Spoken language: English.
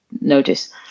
notice